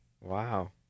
Wow